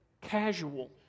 casual